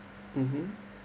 mmhmm